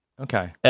okay